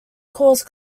caused